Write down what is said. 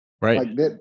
Right